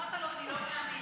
אמרת לו: אני לא מאמין.